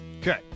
Okay